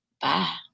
Bye